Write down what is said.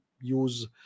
use